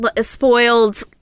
spoiled